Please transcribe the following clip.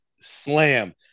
Slam